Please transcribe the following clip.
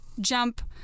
jump